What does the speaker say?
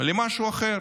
למשהו אחר.